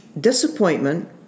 disappointment